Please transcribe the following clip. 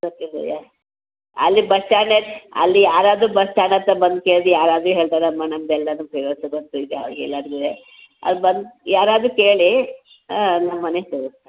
ಅಲ್ಲಿ ಬಸ್ ಸ್ಟ್ಯಾಂಡಲ್ಲಿ ಅಲ್ಲಿ ಯಾರಾದರು ಬಸ್ ಸ್ಟ್ಯಾಂಡ್ ಹತ್ತಿರ ಬಂದು ಕೇಳಿ ಯಾರಾದರು ಹೇಳ್ತಾರಮ್ಮ ನಮ್ಮದೆಲ್ಲನೂ ಅವ್ರ್ಗೆ ಎಲ್ಲಾರ್ಗುವೆ ಅದು ಬಂದು ಯಾರಾದರು ಕೇಳಿ ನಮ್ಮ ಮನೆ ತೋರಿಸ್ತಾರೆ